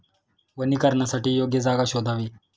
वनीकरणासाठी योग्य जागा शोधावी